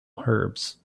herbs